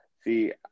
See